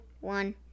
one